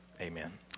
Amen